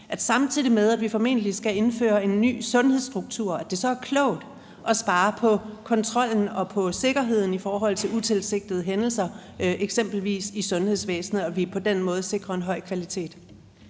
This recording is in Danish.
at samtidig med at vi formentlig skal indføre en ny sundhedsstruktur, er det klogt at spare på kontrollen og på sikkerheden i forhold til utilsigtede hændelser, eksempelvis i sundhedsvæsenet, og at vi på den måde sikrer en høj kvalitet?